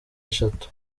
eshatu